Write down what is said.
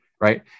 right